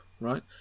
right